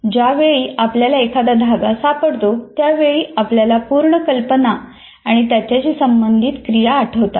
ज्यावेळी आपल्याला एखादा धागा सापडतो त्यावेळी आपल्याला पूर्ण कल्पना आणि त्याच्याशी संबंधित क्रिया आठवतात